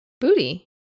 Booty